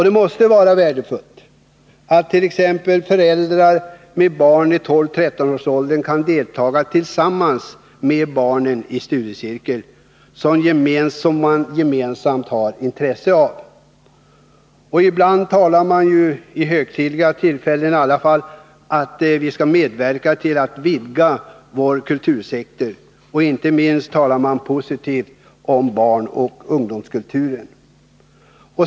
Det måste vara värdefullt att t.ex. föräldrar med barn i 12-13-årsåldern kan delta tillsammans med barnen i den studiecirkel som de gemensamt är intresserade av. Vid högtidliga tillfällen talar man om att vi skall medverka till att vidga vår kultursektor — inte minst talar man positivt om barnoch ungdomskulturen.